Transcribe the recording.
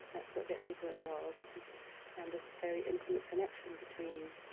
that's what gets people involved and this very intimate connection between